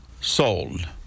Sold